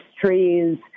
trees